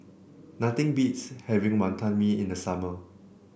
nothing beats having Wonton Mee in the summer